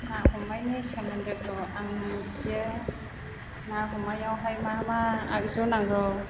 ना हमनायनि सोमोन्दोखौ आं मिनथियो ना हमनायावहाय मा मा आगजु नांगौ